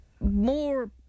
more